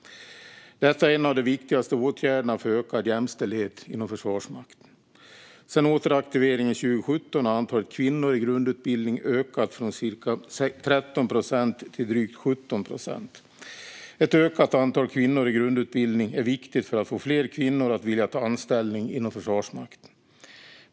Detta är en av de viktigaste åtgärderna för ökad jämställdhet inom Försvarsmakten. Sedan återaktiveringen 2017 har andelen kvinnor i grundutbildning ökat från cirka 13 procent till lite drygt 17 procent. Ett ökat antal kvinnor i grundutbildning är viktigt för att få fler kvinnor att vilja ta anställning inom Försvarsmakten.